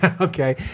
Okay